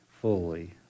fully